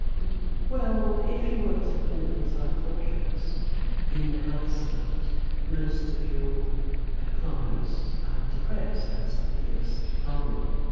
well if you work as a clinical psychologist in the health service most of your ah clients are depressed, that's the biggest problem.